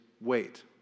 wait